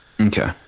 Okay